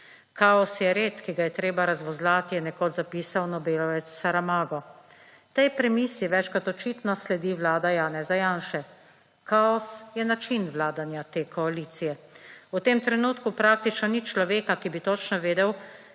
Kaos je red, ki ga je treba razvozlati, je nekoč zapisal Nobelovec Saramago. Tej premisi več kot očitno sledi Vlada Janeza Janše. Kaos je način vladanja te koalicije. V tem trenutku praktično ni človeka, ki bi točno vedel